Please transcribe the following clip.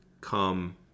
come